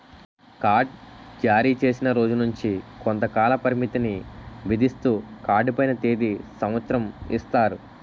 card జారీచేసిన రోజు నుంచి కొంతకాల పరిమితిని విధిస్తూ కార్డు పైన తేది సంవత్సరం ఇస్తారు